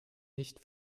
nicht